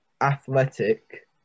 athletic